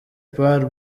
part